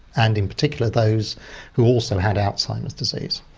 and in particular those who also had alzheimer's disease.